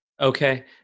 Okay